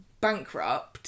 bankrupt